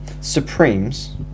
Supremes